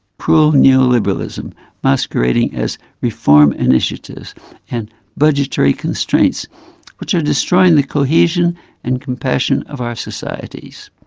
cruel neo-liberalism masquerading as reform initiatives and budgetary constraints which are destroying the cohesion and compassion of our societies.